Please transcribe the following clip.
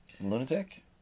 Lunatic